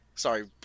Sorry